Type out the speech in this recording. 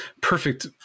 perfect